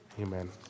Amen